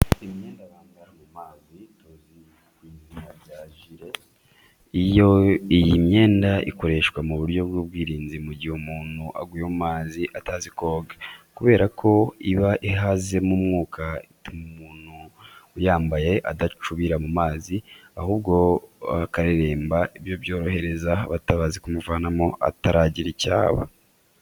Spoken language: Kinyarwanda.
Imyenda bambara mu mazi tuzi ku izina rya jire. Iyi myenda ikoreshwa mu buryo bw'ubwirinzi mu gihe umuntu aguye mu mazi atazi koga. Kubera ko iba ihazemo umwuka ituma umuntu uyambaye adacubira mu mazi hasi ahubwo akareremba ibyo byorohereza abatabazi kumuvanamo ataragira icyo aba.